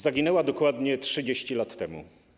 Zaginęła dokładnie 30 lat temu.